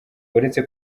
uretse